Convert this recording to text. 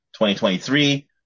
2023